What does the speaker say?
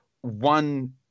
one